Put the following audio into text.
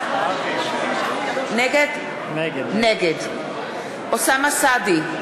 נגד אוסאמה סעדי,